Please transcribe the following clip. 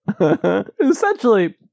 essentially